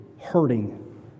hurting